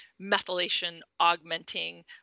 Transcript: methylation-augmenting